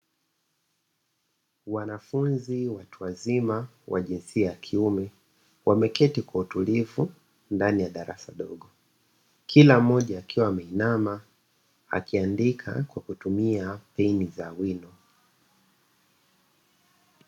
Wanafunzi watu wazima wa jinsia ya kiume wameketi kwa utulivu ndani ya darasa dogo, kila mmoja akiwa ameinama akiandika kwa kutumia peni za wino.